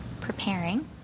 preparing